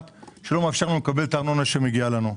ולא מאפשר לנו לקבל את הארנונה שמגיעה לנו.